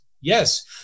Yes